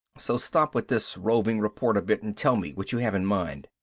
so stop with this roving reporter bit and tell me what you have in mind.